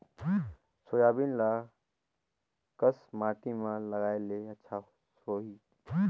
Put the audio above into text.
Soybean ल कस माटी मे लगाय ले अच्छा सोही?